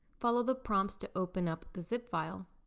follow the prompts to open up the zip file.